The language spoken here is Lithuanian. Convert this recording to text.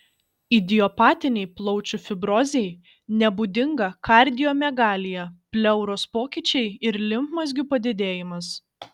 idiopatinei plaučių fibrozei nebūdinga kardiomegalija pleuros pokyčiai ir limfmazgių padidėjimas